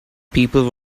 people